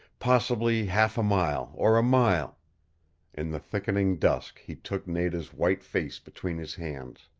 possibly half a mile, or a mile in the thickening dusk he took nada's white face between his hands.